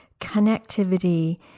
connectivity